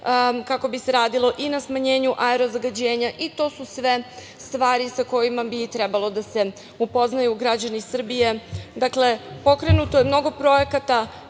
kako bi se radilo i na smanjenju aero zagađenja. To su sve stvari sa kojima bi trebalo da se upoznaju građani Srbije. Dakle, pokrenuto je mnogo projekata.